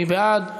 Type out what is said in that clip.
מי בעד?